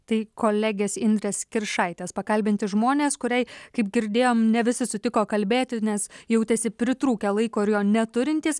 tai kolegės indrės kiršaitės pakalbinti žmonės kuriai kaip girdėjom ne visi sutiko kalbėti nes jautėsi pritrūkę laiko ir jo neturintys